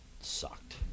sucked